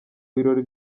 birori